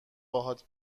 باهات